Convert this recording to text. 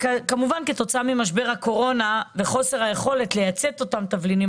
כמובן כתוצאה ממשבר הקורונה וחוסר היכולת לייצא את אותם התבלינים,